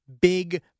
big